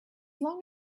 long